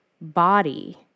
body